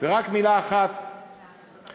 אני רוצה לומר רק מילה אחת: תראו,